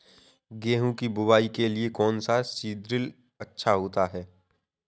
गेहूँ की बुवाई के लिए कौन सा सीद्रिल अच्छा होता है?